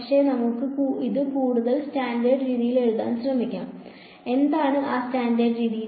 പക്ഷേ നമുക്ക് ഇത് കൂടുതൽ സ്റ്റാൻഡേർഡ് രീതിയിൽ എഴുതാൻ ശ്രമിക്കാം എന്താണ് ആ സ്റ്റാൻഡേർഡ് രീതി